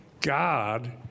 God